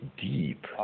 deep